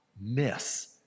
miss